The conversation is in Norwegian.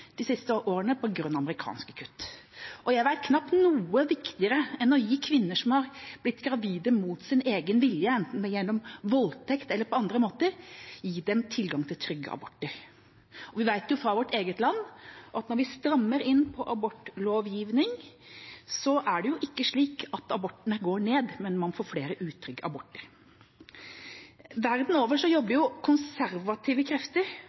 de siste årene på grunn av amerikanske kutt. Jeg vet knapt om noe som er viktigere enn å gi kvinner som har blitt gravide mot sin egen vilje, enten gjennom voldtekt eller på andre måter, tilgang til trygge aborter. Vi vet fra vårt eget land at når vi strammer inn på abortlovgivning, er det jo ikke slik at antallet aborter går ned, men man får flere utrygge aborter. Verden over jobber konservative krefter